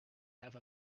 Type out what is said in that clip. have